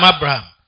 Abraham